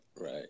right